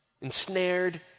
ensnared